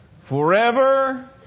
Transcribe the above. Forever